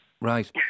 Right